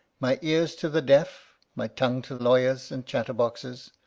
my ears to the deaf, my tongue to lawyers and chatterboxes,